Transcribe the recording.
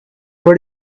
for